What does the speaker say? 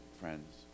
friends